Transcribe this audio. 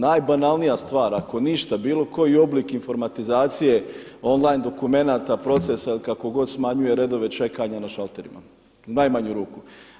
Najbanalnija stvar ako ništa bilo koji oblik informatizacije on-line dokumenata, procesa ili kako god smanjuje redove čekanja na šalterima u najmanju ruku.